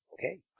Okay